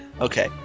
Okay